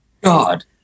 God